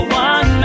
one